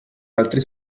altri